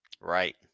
Right